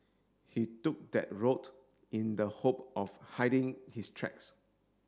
he took that road in the hope of hiding his tracks